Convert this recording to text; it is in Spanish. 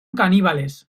caníbales